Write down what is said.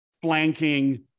flanking